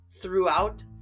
throughout